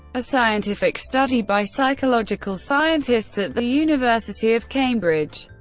a scientific study by psychological scientists at the university of cambridge,